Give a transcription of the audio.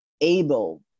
able